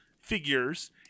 figures